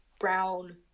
brown